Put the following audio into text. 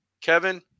kevin